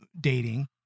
dating